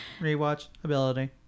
Rewatchability